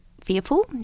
fearful